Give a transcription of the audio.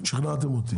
שכנעתם אותי.